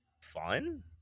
fun